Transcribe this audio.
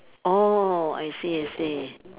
oh I see I see